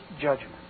judgment